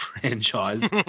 franchise